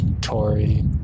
Tory